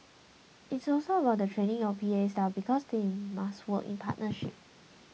it's also about the training of the P A staff because they must work in partnership